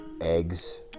eggs